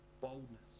boldness